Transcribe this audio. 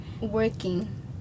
working